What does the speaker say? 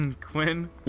Quinn